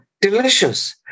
delicious